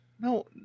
no